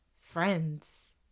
friends